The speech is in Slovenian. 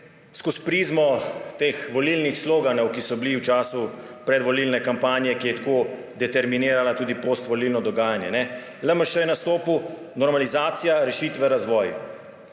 skozi prizmo teh volilnih sloganov, ki so bili v času predvolilne kampanje, ki je tako determinirala tudi postvolilno dogajanje. LMŠ je nastopil: Normalizacija rešitve in razvoj.